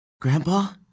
Grandpa